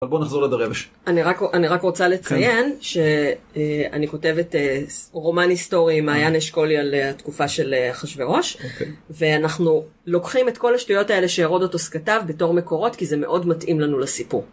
אבל בואו נחזור לדריוש. אני רק רוצה לציין שאני כותבת רומן היסטורי עם מעיין אשכולי על התקופה של אחשוורוש, ואנחנו לוקחים את כל השטויות האלה שהרודוטוס שכתב בתור מקורות, כי זה מאוד מתאים לנו לסיפור.